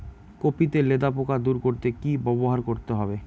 Copy তে লেদা পোকা দূর করতে কি ব্যবহার করতে হবে?